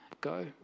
go